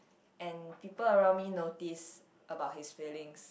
and people around me noticed about his feelings